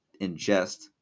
ingest